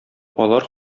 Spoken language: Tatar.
алар